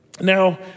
Now